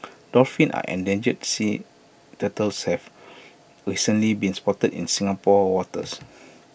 dolphins and endangered sea turtles have recently been spotted in Singapore waters